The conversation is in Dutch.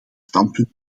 standpunt